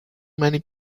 many